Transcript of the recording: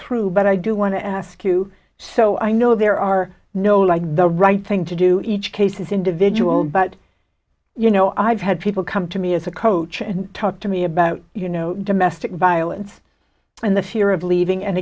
through but i do want to ask you so i know there are no like the right thing to do each case is individual but you know i've had people come to me as a coach and talk to me about you know domestic violence and the fear of leaving and